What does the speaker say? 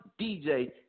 DJ